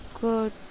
good